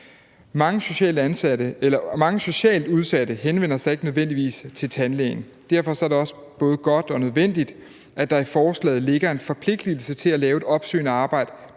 Mange socialt udsatte henvender sig ikke nødvendigvis til tandlægen, og derfor er det også både godt og nødvendigt, at der i forslaget ligger en forpligtelse til at lave opsøgende arbejde